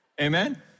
Amen